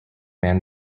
man